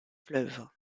fleuve